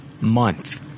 month